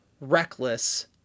reckless